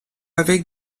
avec